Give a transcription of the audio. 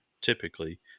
typically